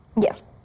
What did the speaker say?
Yes